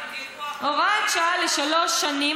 הוראת שעה לשלוש שנים,